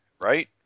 right